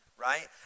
right